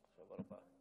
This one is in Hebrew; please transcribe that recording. לכך.